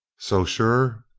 so sure?